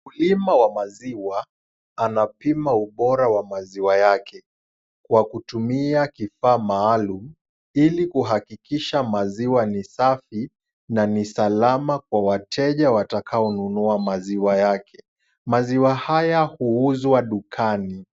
Mkulima wa maziwa anapima ubora wa maziwa yake kwa kutumia kifaa maalum, ili kuhakikisha maziwa ni safi na ni salama kwa wateja watakaonunua maziwa yake. Maziwa haya huuzwa dukani.